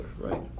right